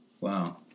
Wow